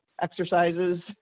exercises